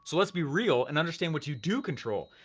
so let's be real and understand what you do control.